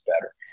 better